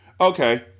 Okay